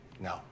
No